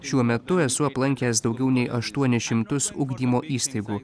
šiuo metu esu aplankęs daugiau nei aštuonis šimtus ugdymo įstaigų